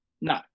No